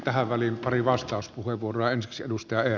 tähän väliin pari vastauspuheenvuoroa